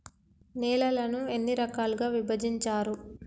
నేలలను ఎన్ని రకాలుగా విభజించారు?